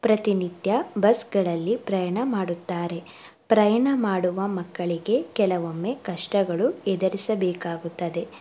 ಪ್ರತಿನಿತ್ಯ ಬಸ್ಗಳಲ್ಲಿ ಪ್ರಯಣ ಮಾಡುತ್ತಾರೆ ಪ್ರಯಣ ಮಾಡುವ ಮಕ್ಕಳಿಗೆ ಕೆಲವೊಮ್ಮೆ ಕಷ್ಟಗಳು ಎದುರಿಸಬೇಕಾಗುತ್ತದೆ